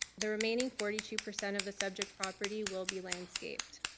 the remaining forty two percent of the subject property will be landscaped.